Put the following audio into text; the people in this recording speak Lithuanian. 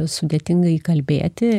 sudėtinga įkalbėti